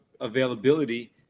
availability